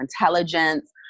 intelligence